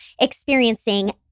experiencing